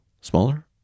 Smaller